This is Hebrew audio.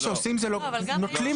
מה שעושים זה נוטלים,